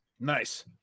Nice